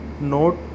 note